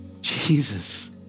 Jesus